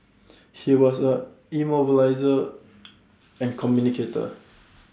he was A immobiliser and communicator